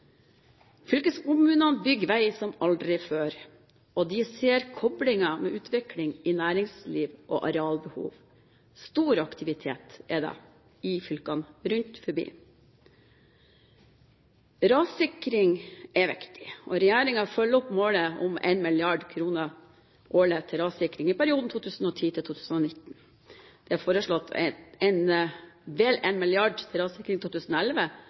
Fylkeskommunene bygger veier som aldri før, og de ser koblinger med utvikling i næringsliv og arealbehov. Det er stor aktivitet rundt omkring i fylkene. Rassikring er viktig. Regjeringen følger opp målet om 1 mrd. kr årlig til rassikring i perioden 2010–2019. Det er foreslått vel 1 mrd. kr til rassikring i 2011,